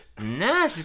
Nah